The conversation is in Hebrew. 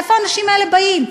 מאיפה האנשים האלה באים?